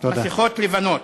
מסכות לבנות".